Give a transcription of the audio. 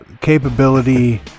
capability